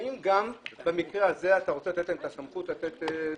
האם גם במקרה הזה אתה רוצה לתת להם סמכות להטיל קנסות?